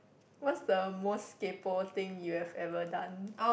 what's the most kaypoh thing you have ever done